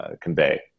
convey